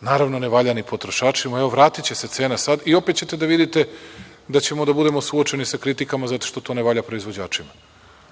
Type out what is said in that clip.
Naravno, ne valja ni potrošačima. Evo, vratiće se cena sada i opet ćete da vidite da ćemo da budemo suočeni sa kritikama zato što to ne valja proizvođačima.